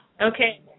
okay